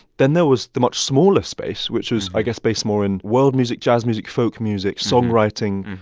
then there was the much smaller space, which was, i guess, based more in world music, jazz music, folk music, songwriting,